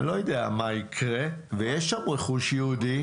אני לא יודע מה יקרה ויש שם רכוש יהודי.